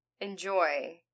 Enjoy